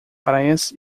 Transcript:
praias